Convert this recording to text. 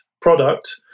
product